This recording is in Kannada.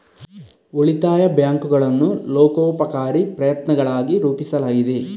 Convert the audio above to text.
ಉಳಿತಾಯ ಬ್ಯಾಂಕುಗಳನ್ನು ಲೋಕೋಪಕಾರಿ ಪ್ರಯತ್ನಗಳಾಗಿ ರೂಪಿಸಲಾಗಿದೆ